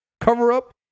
cover-up